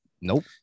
nope